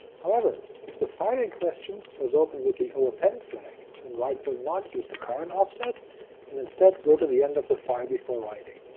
however, if the file in question was opened with the o append flag, then write two will not use the current offset and instead go to the end of the file before writing.